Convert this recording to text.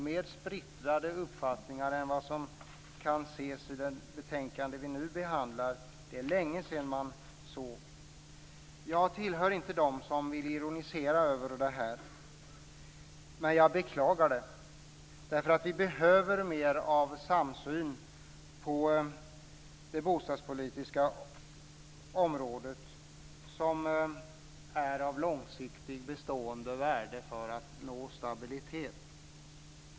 Mer splittrade uppfattningar än vad som kan ses i det betänkande vi nu behandlar är det länge sedan man såg. Jag tillhör inte dem som vill ironisera över detta, men jag beklagar det. Vi behöver mer av samsyn på det bostadspolitiska området, som är av långsiktigt bestående värde när det gäller att nå stabilitet.